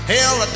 Hell